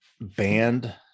banned